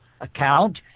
account